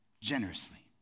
generously